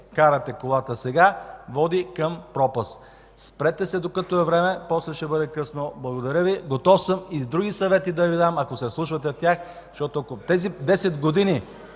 карате колата сега, води към пропаст. Спрете се, докато е време, после ще бъде късно! Благодаря Ви. Готов съм да Ви дам и други съвети, ако се вслушвате в тях, защото ако в тези 10 години,